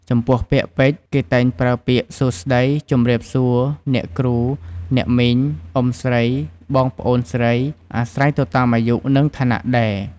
ចំពោះពាក្យពេចន៍ គេតែងប្រើពាក្យ សួស្ដី ជម្រាបសួរ អ្នកគ្រូ អ្នកមីង អ៊ុំស្រី បង ប្អូនស្រី អាស្រ័យទៅតាមអាយុ និងឋានៈដែរ។